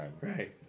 Right